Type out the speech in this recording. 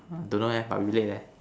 don't know eh but we late eh